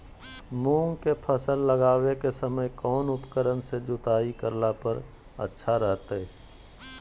मूंग के फसल लगावे के समय कौन उपकरण से जुताई करला पर अच्छा रहतय?